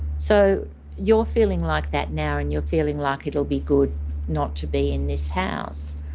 so you're feeling like that now and you're feeling like it'll be good not to be in this house.